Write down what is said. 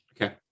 Okay